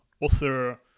author